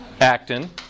actin